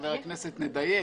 חבר הכנסת, נדייק.